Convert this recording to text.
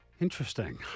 Interesting